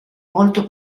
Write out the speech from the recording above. molto